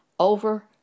over